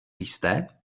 jste